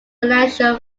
financial